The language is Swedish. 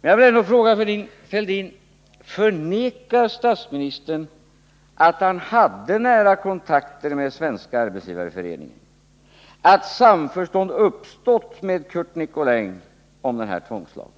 Men jag vill ändå fråga Thorbjörn Fälldin: Förnekar statsministern att han hade nära kontakter med Svenska arbetsgivareföreningen, att samförstånd uppnåtts med Curt Nicolin om tvångslagen?